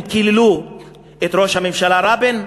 הם קיללו את ראש הממשלה רבין,